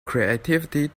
creativity